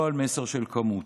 לא במסר של כמות,